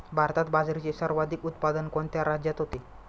भारतात बाजरीचे सर्वाधिक उत्पादन कोणत्या राज्यात होते?